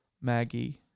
Maggie